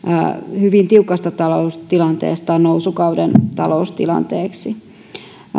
hyvin tiukasta taloustilanteesta nousukauden taloustilanteeksi